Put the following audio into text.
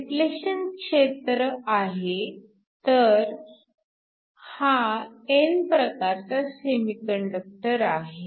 depletion क्षेत्र आहे तर हा n प्रकारचा सेमीकंडक्टर आहे